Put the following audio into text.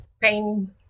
pain